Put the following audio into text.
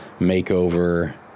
makeover